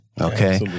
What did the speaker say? Okay